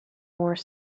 more